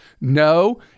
No